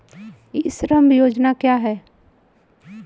ई श्रम योजना क्या है?